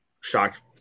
shocked